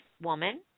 woman